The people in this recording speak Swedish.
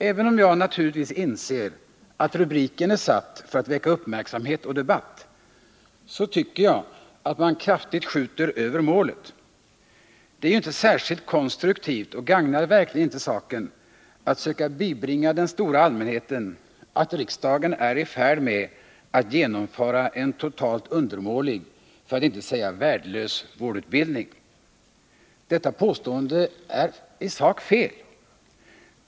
Även om jag naturligtvis inser att rubriken är satt för att väcka uppmärksamhet och debatt, så tycker jag att man kraftigt skjuter över målet. Det är ju inte särskilt konstruktivt och gagnar verkligen inte saken att söka bibringa den stora allmänheten uppfattningen att riksdagen är i färd med att genomföra en totalt undermålig för att inte säga värdelös vårdutbildning. Detta påstående är i sak fel.